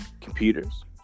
computers